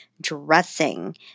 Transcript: dressing